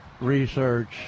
research